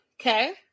Okay